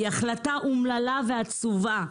היא החלטה אומללה ועצובה.